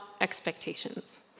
expectations